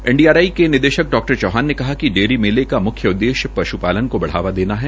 NDRI के निदेशक Dr Chauhan ने कहा कि डेयरी मेले का मुख्य उददेश्य पश्पालन को बढ़ावा देना है